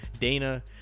Dana